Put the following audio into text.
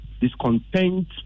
discontent